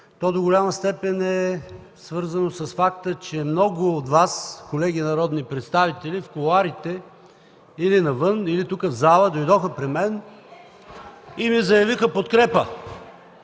то до голяма степен е свързано с факта, че много от колегите народни представители в кулоарите – или навън, или тук, в залата, дойдоха при мен и ми заявиха подкрепа.